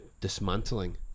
dismantling